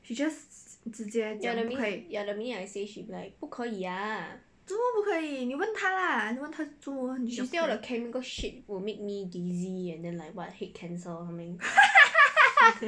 ya the min~ ya the minute I say she be like 不可以 ah she say all the chemical shit will make me dizzy and then like what head cancer or something